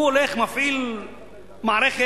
הוא הולך ומפעיל מערכת,